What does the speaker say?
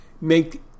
make